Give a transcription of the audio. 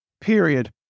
period